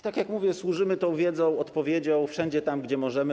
Tak jak mówię, służymy tą wiedzą, odpowiedzią wszędzie tam, gdzie możemy.